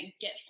get